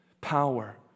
power